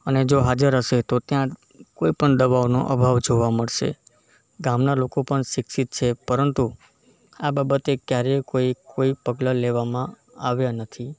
અને જો હાજર હશે તો ત્યાં કોઈ પણ દવાઓનો અભાવ જોવા મળશે ગામના લોકો પણ શિક્ષિત છે પરંતુ આ બાબતે ક્યારેય કોઈ કોઈ પગલાં લેવામાં આવ્યા નથી